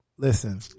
Listen